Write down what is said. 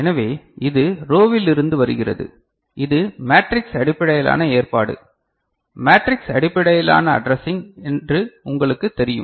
எனவே இது ரோவில் இருந்து வருகிறது இது மேட்ரிக்ஸ் அடிப்படையிலான ஏற்பாடு மேட்ரிக்ஸ் அடிப்படையிலான அட்ரஸிங் என்று உங்களுக்குத் தெரியும்